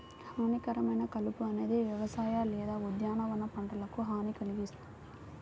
హానికరమైన కలుపు అనేది వ్యవసాయ లేదా ఉద్యానవన పంటలకు హాని కల్గిస్తుంది